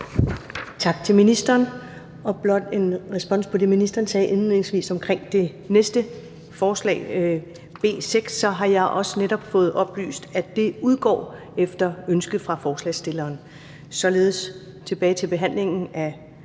Tak til ministeren. Blot som en respons på det, ministeren sagde indledningsvis om det næste forslag, B 6: Jeg har også netop fået oplyst, at det udgår efter ønske fra forslagsstilleren. --- Det næste punkt